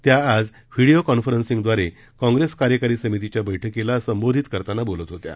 त्या आज व्हीडीओ कॉन्फरन्सिंगद्वारे काँग्रेस कार्यकारी समितीच्या बैठकीला संबोधित करताना बोलत होत्या